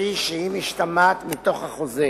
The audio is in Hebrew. כפי שהיא משתמעת מתוך החוזה,